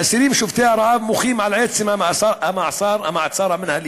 האסירים שובתי הרעב מוחים על עצם המעצר המינהלי,